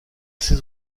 ces